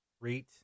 rate